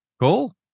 Cool